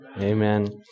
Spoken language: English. Amen